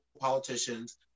politicians